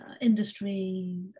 industry